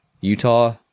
Utah